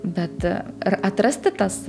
bet ar atrasti tas